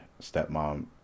stepmom